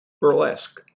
burlesque